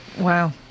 Wow